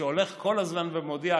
הוא הולך כל הזמן ומודיע,